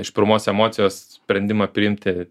iš pirmos emocijos sprendimą priimti